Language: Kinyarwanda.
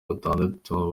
batandatu